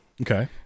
Okay